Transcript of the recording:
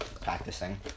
Practicing